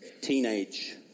teenage